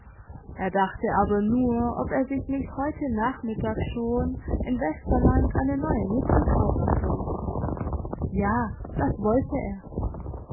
er dachte aber nur ob er sich nicht heute nachmittag schon in westerland eine neue mütze kaufen solle ja das wollte er